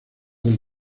del